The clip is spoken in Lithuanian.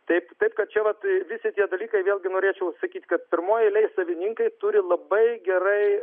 taip taip kad čia vat visi tie dalykai vėlgi norėčiau sakyt kad pirmoj eilėj savininkai turi labai gerai